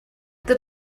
that